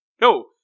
No